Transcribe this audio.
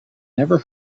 never